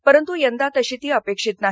परंतू यंदा तशी ती अपेक्षित नाही